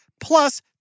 plus